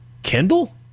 Kendall